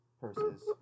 purses